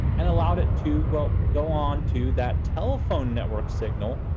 and allowed it to, well, go onto that telephone network signal,